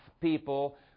people